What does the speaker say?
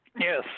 Yes